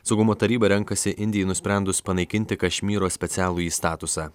saugumo taryba renkasi indijai nusprendus panaikinti kašmyro specialųjį statusą